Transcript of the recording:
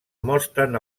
mostren